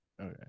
okay